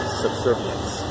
subservience